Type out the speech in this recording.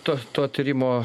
to to tyrimo